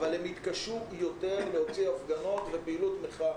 אבל הם יתקשו יותר להוציא הפגנות ופעילות מחאה.